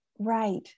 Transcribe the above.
right